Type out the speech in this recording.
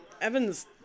Evan's